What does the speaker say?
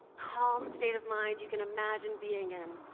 calm state of mind you can imagine being in,